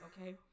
okay